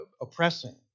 oppressing